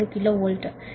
2 KV